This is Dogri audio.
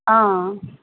हां